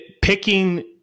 picking